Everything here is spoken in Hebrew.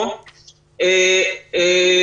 המסחריים מ 18:00 בערב עד 03:00 בלילה,